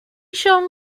siôn